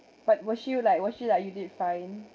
but was she like was she like you did fine